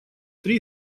три